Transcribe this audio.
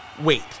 Wait